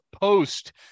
post